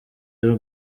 y’u